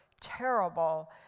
terrible